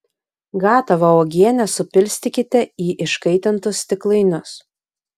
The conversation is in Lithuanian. gatavą uogienę supilstykite į iškaitintus stiklainius